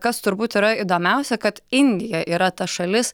kas turbūt yra įdomiausia kad indija yra ta šalis